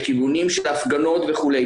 לכיוונים של הפגנות וכולי.